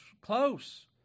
close